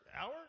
hour